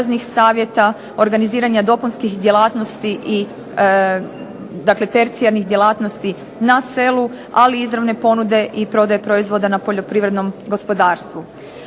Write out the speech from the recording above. poreznih savjeta, organiziranja dopunskih djelatnosti i dakle tercijarnih djelatnosti na selu, ali i izravne ponude i prodaje proizvoda na poljoprivrednom gospodarstvu